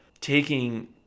taking